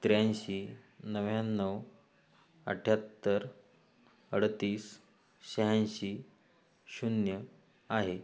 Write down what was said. त्र्याऐंशी नव्याण्णव अठ्ठ्याहत्तर अडतीस शहाऐंशी शून्य आहे